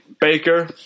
Baker